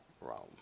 Rome